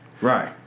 Right